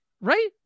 right